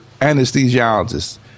anesthesiologists